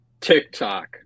TikTok